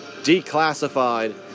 Declassified